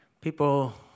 people